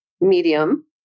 medium